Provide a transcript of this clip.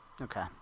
Okay